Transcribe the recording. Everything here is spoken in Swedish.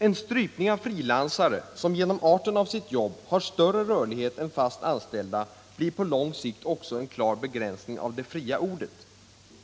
En strypning av frilansare, som genom arten av sitt jobb har större rörlighet än fast anställda, blir på lång sikt också en klar begränsning av det fria ordet.